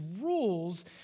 rules